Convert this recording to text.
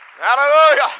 Hallelujah